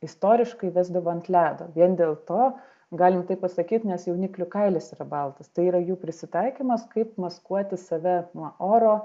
istoriškai vesdavo ant ledo vien dėl to galim tai pasakyt nes jauniklių kailis yra baltas tai yra jų prisitaikymas kaip maskuoti save nuo oro